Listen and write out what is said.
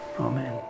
Amen